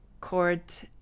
court